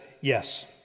yes